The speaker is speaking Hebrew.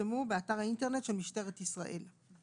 יפורסמו באתר האינטרנט של משטרת ישראל.